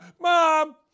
Mom